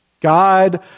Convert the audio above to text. God